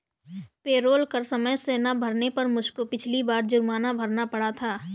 payroll कर समय से ना भरने पर मुझको पिछली बार जुर्माना भरना पड़ा था